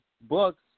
books